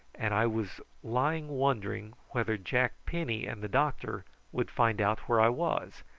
and i was lying wondering whether jack penny and the doctor would find out where i was,